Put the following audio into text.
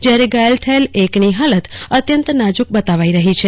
જયારે ઘાયલ થયેલ એકની હાલત અત્યંત નાજક બતાવાઈ રહી છે